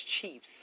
chiefs